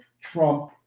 Trump